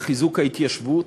לחיזוק ההתיישבות,